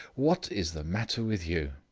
what is the matter with you?